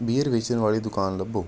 beer ਵੇਚਣ ਵਾਲੀ ਦੁਕਾਨ ਲੱਭੋ